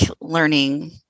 learning